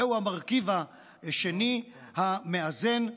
זהו המרכיב השני המאזן,